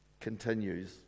continues